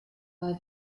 bei